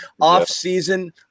off-season